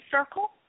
circle